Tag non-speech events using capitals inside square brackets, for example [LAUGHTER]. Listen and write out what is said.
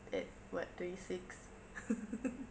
at what twenty six [LAUGHS]